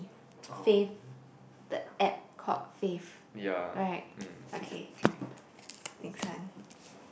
Fave the app called Fave right okay next one